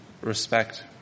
respect